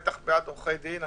בטח בעד עורכי דין.